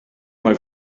mai